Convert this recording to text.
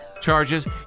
charges